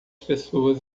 pessoas